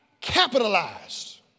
capitalized